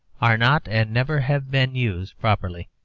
are not, and never have been, used properly.